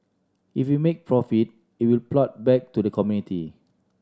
if you make profit it will plough back to the community